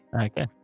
okay